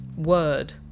word.